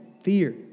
fear